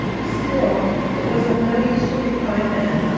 still, it was of no use to repine then